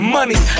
Money